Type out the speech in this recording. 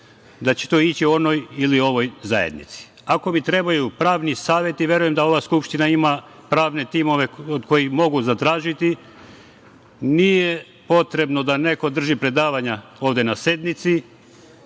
da će to ići ovoj ili onoj zajednici. Ako mi trebaju pravni saveti, verujem da ova Skupština ima pravne timove od kojih mogu zatražiti. Nije potrebno da neko drži predavanja ovde na sednici.